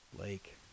lake